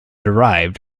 derived